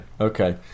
Okay